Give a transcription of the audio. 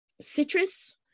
citrus